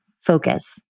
focus